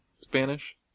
Spanish